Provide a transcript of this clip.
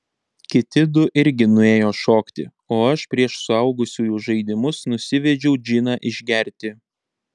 kiti du irgi nuėjo šokti o aš prieš suaugusiųjų žaidimus nusivedžiau džiną išgerti